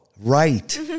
right